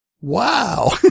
Wow